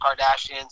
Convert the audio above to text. Kardashians